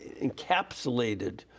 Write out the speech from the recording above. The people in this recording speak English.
encapsulated